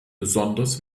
besonders